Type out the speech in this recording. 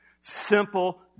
simple